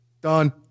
Done